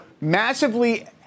massively